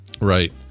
Right